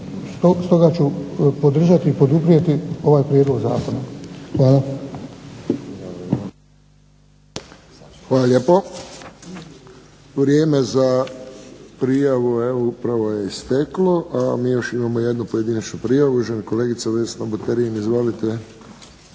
podržat ću i poduprijeti ovaj prijedlog zakona. Hvala. **Friščić, Josip (HSS)** Hvala lijepo. Vrijeme za prijavu upravo je isteklo, a mi još imamo jednu pojedinačnu prijavu. Uvažena kolegica Vesna Buterin, izvolite.